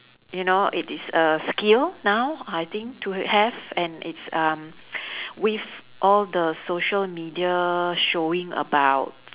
you know it is a skill now I think to have and it's um with all the social media showing about